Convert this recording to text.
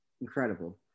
Incredible